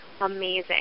amazing